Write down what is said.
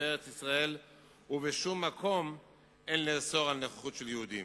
בארץ-ישראל ובשום מקום אין לאסור נוכחות של יהודים.